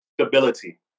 Stability